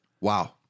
wow